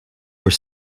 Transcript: were